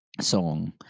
song